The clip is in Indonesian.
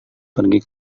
pergi